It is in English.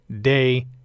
day